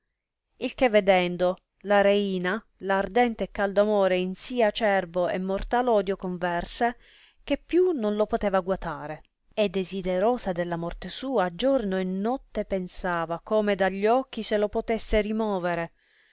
il che vedendo la reina ardente e caldo amore in sì acerbo e mortai odio converse che più non lo poteva guatare e desiderosa della morte sua giorno e notte pensava come da gli occhi se lo potesse rimovere